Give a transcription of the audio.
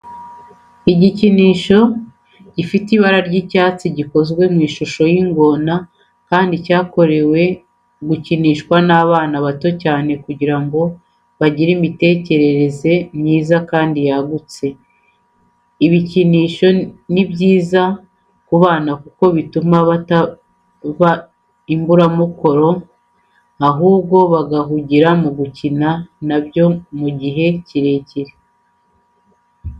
Igikinisho gifite ibara ry'icyatsi gikozwe mu ishusho y'ingona kandi cyakorewe gukinishwa n'abana bato cyane kugira bagire imitekerereze myiza kandi yagutse. Ibikinisho ni byiza ku bana kuko bituma bataba imburamukoro ahubwo bagahugira mu gukina na byo mu gihe kirekire.